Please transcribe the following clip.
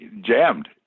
jammed